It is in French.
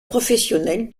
professionnel